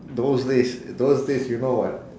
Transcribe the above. those days those days you know what